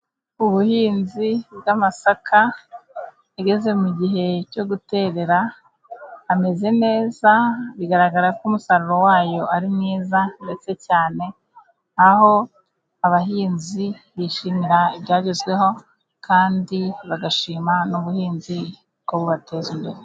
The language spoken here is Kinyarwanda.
Ubuhinzi bw'amasaka ageze mu gihe cyo guterera. Ameze neza. Bigaragara ko umusaruro wayo ari mwiza ndetse cyane. Aho abahinzi bishimira ibyagezweho kandi bagashima n'ubuhinzi ko bubateza imbere.